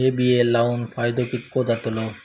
हे बिये लाऊन फायदो कितको जातलो?